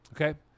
Okay